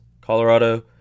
Colorado